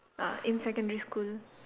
uh in secondary school